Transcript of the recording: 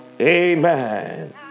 Amen